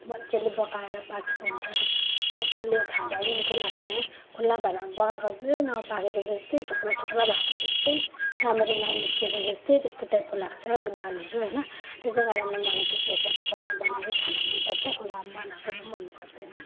मजाले पकाएर पाकेको हुन्छ मजाले खाँदा पनि मिठो लाग्छ होइन खुल्ला भाँडामा पकाएको चाहिँ नपाकेको जस्तै छोक्रा छोक्रा भएको जस्तै राम्ररी नमिसिएको जस्तै त्यस्तो टाइपको लाग्छ दालहरू होइन त्यसै कारण मलाई त प्रेसर कुकरमा बनाएकै खाना मनपर्छ खुल्लामा बनाएको चाहिँ मनपर्दैन